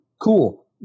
Cool